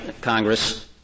Congress